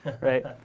right